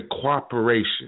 cooperation